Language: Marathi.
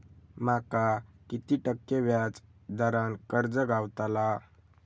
माका किती टक्के व्याज दरान कर्ज गावतला?